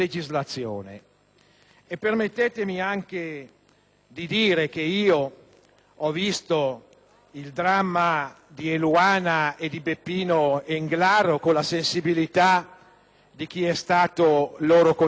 Permettetemi di dire che ho assistito al dramma di Eluana e di Beppino Englaro con la sensibilità di chi è loro concittadino,